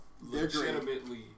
legitimately